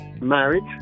marriage